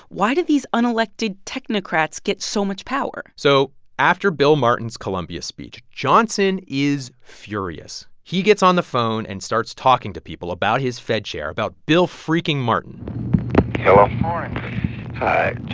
why did these unelected technocrats get so much power? so after bill martin's columbia speech, johnson is furious. he gets on the phone and starts talking to people about his fed chair about bill freaking martin hello good morning hi,